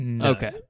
Okay